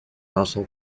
also